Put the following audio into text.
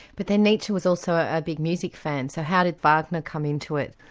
but then nietzsche was also a big music fan, so how did wagner come into it?